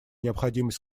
необходимость